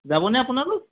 যাবনে আপোনালোক